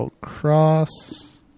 cross